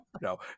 no